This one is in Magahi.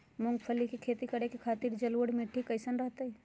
मूंगफली के खेती करें के खातिर जलोढ़ मिट्टी कईसन रहतय?